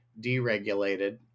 deregulated